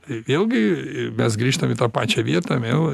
ir vėlgi mes grįžtam į tą pačią vietą vėl